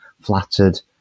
flattered